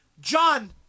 John